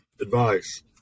advice